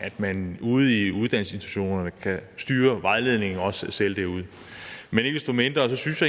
at man også ude i uddannelsesinstitutionerne kan styre vejledningen selv. Men ikke desto mindre tror